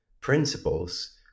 principles